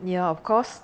ya of course